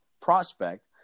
prospect